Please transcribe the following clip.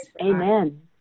Amen